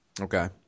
Okay